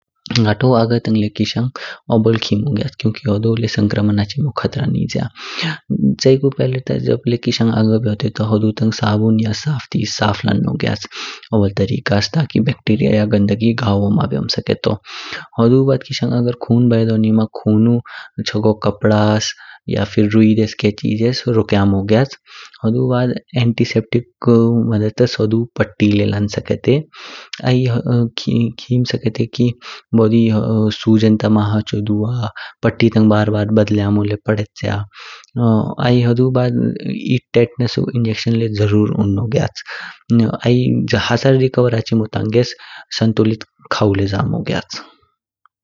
गातो आगो तांग ल्यु किशांग ओबोल खिमो ग्याच क्युकि होडो ल्यु संक्रमन हाचिमो खतरा निज्या। च्यिकु पहिले ता जब ल्यु किशांग अग्ह बयोते ता होडु तांग साबुन या साफ तेस साफ लानो ग्याच। ओबोल त्रिकास तकी बेक्टिरिया या गंदगी गह्वो बयोम मा स्केटो। हुडु बाद आगर किशांग खुं भेटो निम खुनु चागो कपदस या फिर रुयी देस्के चीजेस रोक्यामो ग्याच। हुडु बाद एंटीसेप्टिकु मध्ध पत्ती ले ला स्केटे। आई खिम स्केटे कि बोदी सुझन ता मा हाचो दुआ। पत्ती तांग बार बार बदल्यामो ल्यु पडेच्य। आई हुडु बाद एद्ध टेटनुसु इंजेक्शन ल्यु जरूर उन्हो ग्याच। आई हसल रिकवर हानो तांगेस संतुलित खावु ल्यु जामो ग्याच।